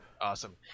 awesome